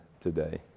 today